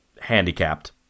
handicapped